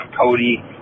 Cody